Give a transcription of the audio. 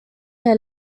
der